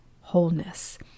wholeness